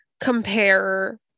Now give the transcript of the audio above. compare